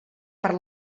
per